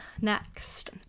next